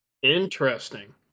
Interesting